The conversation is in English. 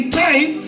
time